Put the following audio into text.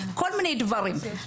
כל מיני דברים.